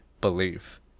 belief